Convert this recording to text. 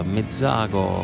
Mezzago